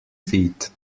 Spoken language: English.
feet